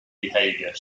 behaviour